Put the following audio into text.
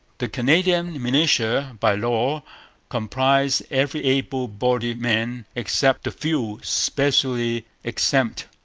the canadian militia by law comprised every able-bodied man except the few specially exempt,